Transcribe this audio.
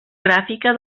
gràfica